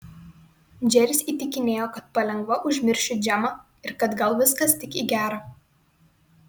džeris įtikinėjo kad palengva užmiršiu džemą ir kad gal viskas tik į gera